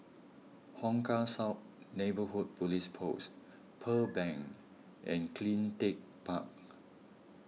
Hong Kah South Neighbourhood Police Post Pearl Bank and CleanTech Park